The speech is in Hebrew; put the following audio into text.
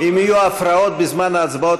אם יהיו הפרעות בזמן ההצבעות,